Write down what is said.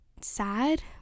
sad